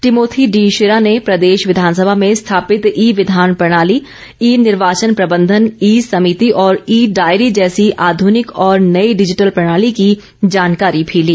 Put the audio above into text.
Timothy D Shira ने प्रदेश विधानसभा में स्थापित ई विधान प्रणाली ई निर्वाचन प्रबंधन ई सभिति और ई डायरी जैसी आधुनिक और नई डिजिटल प्रणाली की जानकारी भी ली